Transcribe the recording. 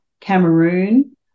cameroon